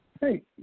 Hey